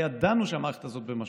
הרי ידענו שהמערכת הזאת במשבר.